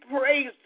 praise